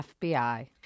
FBI